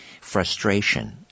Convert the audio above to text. frustration